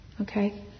Okay